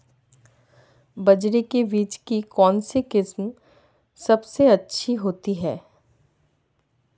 बाजरे के बीज की कौनसी किस्म सबसे अच्छी होती है?